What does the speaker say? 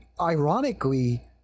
ironically